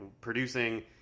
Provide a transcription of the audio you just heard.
producing